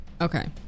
Okay